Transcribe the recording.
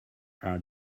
are